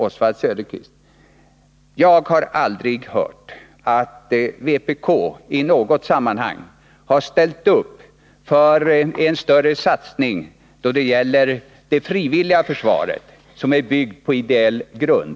Men jag har aldrig hört att vpk i något sammanhang ställt upp för större satsningar då det gäller det frivilliga försvaret, som är byggt på ideell grund.